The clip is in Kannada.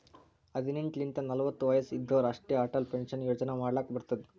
ಹದಿನೆಂಟ್ ಲಿಂತ ನಲ್ವತ ವಯಸ್ಸ್ ಇದ್ದೋರ್ ಅಷ್ಟೇ ಅಟಲ್ ಪೆನ್ಷನ್ ಯೋಜನಾ ಮಾಡ್ಲಕ್ ಬರ್ತುದ್